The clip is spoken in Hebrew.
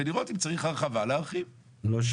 ואם צריך הרחבה להרחיב.